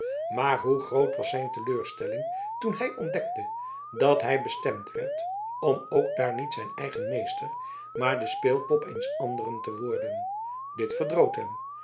maar hoe groot was zijn teleurstelling toen hij ontdekte dat hij bestemd werd om ook daar niet zijn eigen meester maar de speelpop eens anderen te worden dit